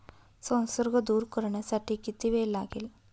संसर्ग दूर करण्यासाठी किती वेळ लागेल?